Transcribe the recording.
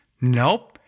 Nope